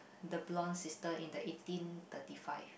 the Blond Sister in the eighteen thirty five